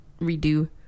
Redo